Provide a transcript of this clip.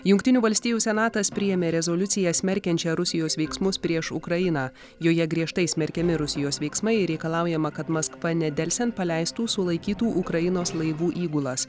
jungtinių valstijų senatas priėmė rezoliuciją smerkiančią rusijos veiksmus prieš ukrainą joje griežtai smerkiami rusijos veiksmai reikalaujama kad maskva nedelsiant paleistų sulaikytų ukrainos laivų įgulas